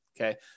Okay